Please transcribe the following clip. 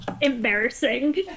Embarrassing